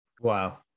Wow